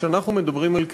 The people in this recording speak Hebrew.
כשאנחנו מדברים על קטינים,